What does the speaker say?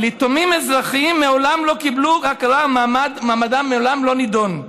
אבל יתומים אזרחיים מעולם לא קיבלו הכרה ומעמדם מעולם לא נדון.